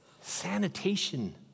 Sanitation